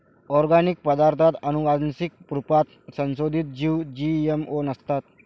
organic पदार्ताथ आनुवान्सिक रुपात संसोधीत जीव जी.एम.ओ नसतात